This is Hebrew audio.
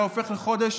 היה הופך לחודש